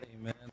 Amen